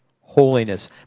holiness